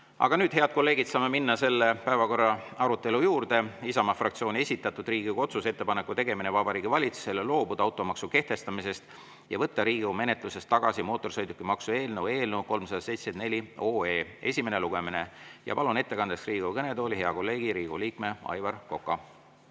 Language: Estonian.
Aga nüüd, head kolleegid, saame minna selle päevakorra[punkti] arutelu juurde. Isamaa fraktsiooni esitatud Riigikogu otsuse "Ettepaneku tegemine Vabariigi Valitsusele loobuda automaksu kehtestamisest ja võtta Riigikogu menetlusest tagasi mootorsõidukimaksu eelnõu" eelnõu 374 esimene lugemine. Ma palun ettekandeks Riigikogu kõnetooli hea kolleegi, Riigikogu liikme Aivar Koka.